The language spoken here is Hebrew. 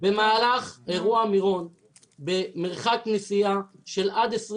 במהלך אירוע מירון במרחק נסיעה של עד 20